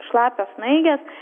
šlapios snaigės